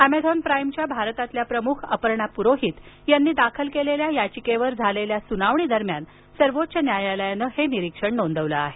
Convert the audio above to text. Amazon प्राईमच्या भारतातल्या प्रमुख अपर्णा पुरोहित यांनी दाखल केलेल्या याचिकेवर झालेल्या सुनावणीदरम्यान सर्वोच्च न्यायालयाने हे निरीक्षण नोंदवले आहे